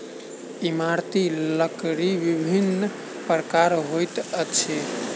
इमारती लकड़ी विभिन्न प्रकारक होइत अछि